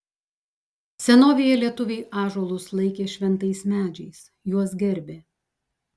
senovėje lietuviai ąžuolus laikė šventais medžiais juos gerbė